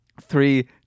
Three